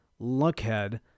luckhead